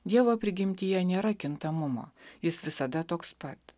dievo prigimtyje nėra kintamumo jis visada toks pat